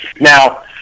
Now